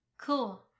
cool